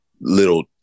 little